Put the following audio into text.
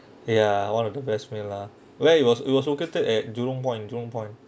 ya one of the best meal lah where it was it was located at jurong point jurong point